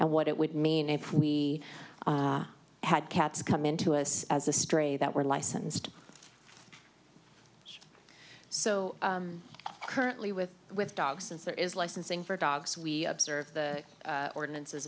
and what it would mean if we had cats come in to us as a stray that were licensed so currently with with dogs since there is licensing for dogs we observe the ordinances